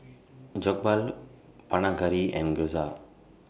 Jokbal Panang Curry and Gyoza